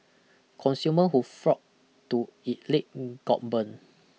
consumer who flocked to it late got burned